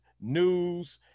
news